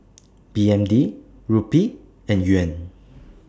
B N D Rupee and Yuan